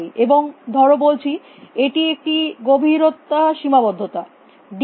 এবং ধর বলছি এটি একটি গভীরতা সীমাবদ্ধতা d b